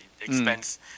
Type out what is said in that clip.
expense